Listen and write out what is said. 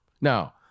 Now